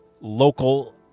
local